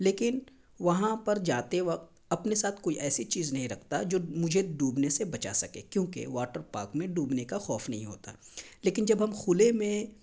لیکن وہاں پر جاتے وقت اپنے ساتھ کوئی ایسی چیز نہیں رکھتا جو مجھے ڈوبنے سے بچا سکے کیونکہ واٹر پارک میں ڈوبنے کا خوف نہیں ہوتا لیکن جب ہم کھلے میں